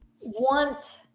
want